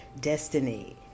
destiny